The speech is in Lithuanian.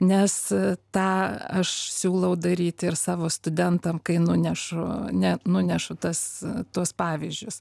nes tą aš siūlau daryt ir savo studentam kai nunešu ne nunešu tas tuos pavyzdžius